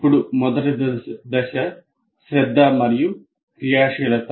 అప్పుడు మొదటి దశ శ్రద్ధ మరియు క్రియాశీలత